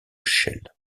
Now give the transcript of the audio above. chelles